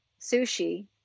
sushi